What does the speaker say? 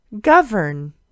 govern